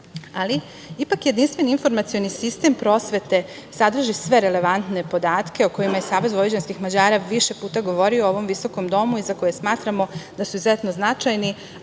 ali, ipak jedinstveni informacioni sistem prosvete, sadrži sve relevantne podatke o kojima SVM više puta govorio u ovom visokom domu i za koje smatramo da su izuzetno značajni,